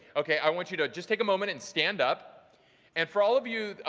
okay i want you to just take a moment and stand up and for all of you,